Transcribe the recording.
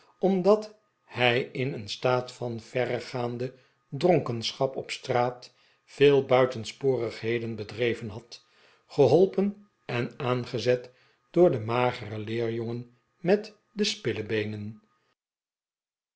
omdat hi in ee n staat van verregaande dronkenschap op straat veel buitensporigheden bedreven had geholpen en aangezet door den mageren leerjongen met de spillebeenen